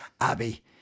Abby